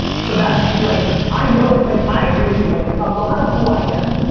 so that's like, i know, like i agree with you. like a lot of who i am,